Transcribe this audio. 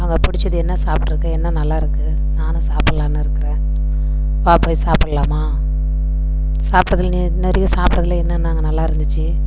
அங்கே பிடிச்சது என்ன சாப்பிட்ருக்க என்ன நல்லாயிருக்கு நானும் சாப்பிட்லான்னு இருக்குறேன் வா போய் சாப்பிடலாமா சாப்பிட்டதுல நீ நிறைய சாப்பிட்டதுல என்னன்ன அங்கே நல்லாயிருந்துச்சி